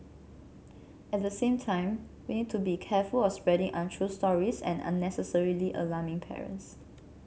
at the same time we need to be careful of spreading untrue stories and unnecessarily alarming parents